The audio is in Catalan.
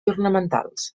ornamentals